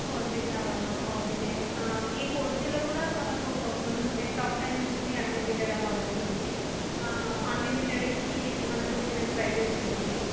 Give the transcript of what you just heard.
four G కావాలా okay ఈ four జిలో కూడా మనకు ఉంటుంది టాక్ టైం ఉంటుంది అన్లిమిటెడ్ అలా ఉంటుంది అన్లిమిటెడ్కి మనకు డిఫరెంట్ ప్రైజెస్ ఉంటుంది